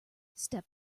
step